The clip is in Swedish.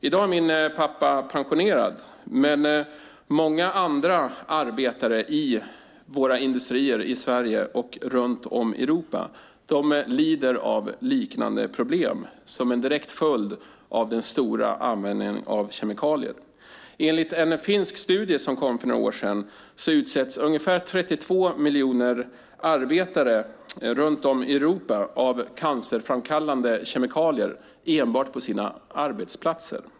I dag är min pappa pensionerad, men många andra arbetare i våra industrier i Sverige och runt om i Europa lider av liknande problem som en direkt följd av den stora användningen av kemikalier. Enligt en finsk studie som kom för några år sedan utsätts ungefär 32 miljoner arbetare runt om i Europa för cancerframkallande kemikalier enbart på sina arbetsplatser.